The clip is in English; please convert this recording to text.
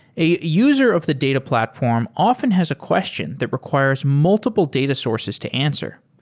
a user of the data platform often has a question that requires multiple data sources to answer.